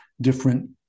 different